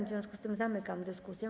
W związku z tym zamykam dyskusję.